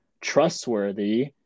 trustworthy